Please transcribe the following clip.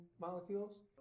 molecules